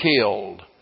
killed